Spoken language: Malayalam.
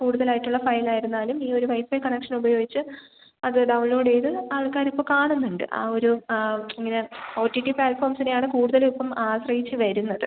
കൂടുതലായിട്ടുള്ള ഫയലായിരുന്നാലും ഈ ഒരു വൈഫൈ കണക്ഷനുപയോഗിച്ച് അത് ഡൗൺലോഡ് ചെയ്ത് ആൾക്കാരിപ്പോൾ കാണുന്നുണ്ട് ആ ഒരു ആ ഇങ്ങനെ ഒ ടി ടി പ്ലാറ്റ്ഫോംസിനെയാണ് കൂടുതലും ഇപ്പം ആശ്രയിച്ച് വരുന്നത്